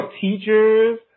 teachers